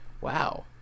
Wow